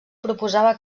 proposava